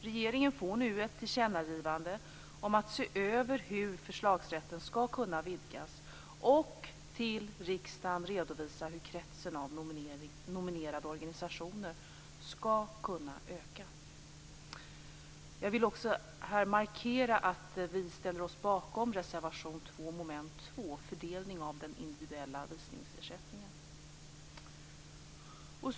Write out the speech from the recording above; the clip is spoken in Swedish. Regeringen får nu ett tillkännagivande om att se över hur förslagsrätten skall kunna vidgas och att till riksdagen redovisa hur kretsen av nominerande organisationer skall kunna öka. Jag vill också här markera att vi ställer oss bakom reservation 2 under mom. 2 Fördelning av den individuella visningsersättningen.